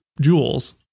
jewels